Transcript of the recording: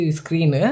screen